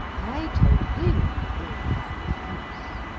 i told him all about the house.